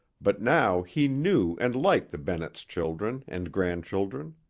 but now he knew and liked the bennetts' children and grandchildren.